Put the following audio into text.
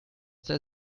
der